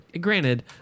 granted